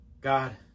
God